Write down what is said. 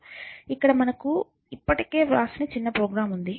ఇక్కడ మనకు ఇప్పటికే వ్రాసిన చిన్న ప్రోగ్రామ్ ఉంది